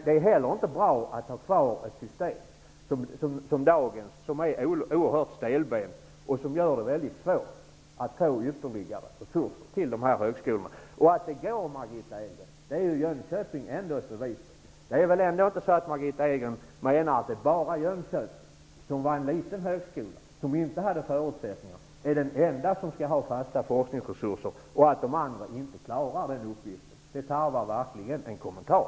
Det är heller inte bra att ha kvar dagens system. Det är oerhört stelbent och gör det svårt att få ytterligare resurser till högskolorna. Att det fungerar är högskolan i Jönköping ett bevis på. Margitta Edgren menar väl inte att högskolan i Jönköping är den enda som skall ha fasta forskningsresurser och att de andra inte klarar uppgiften? Högskolan i Jönköping är ju liten, och den har inte de rätta förutsättningarna. Detta tarvar verkligen en kommentar.